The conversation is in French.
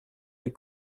les